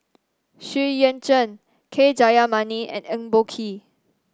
Xu Yuan Zhen K Jayamani and Eng Boh Kee